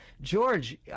George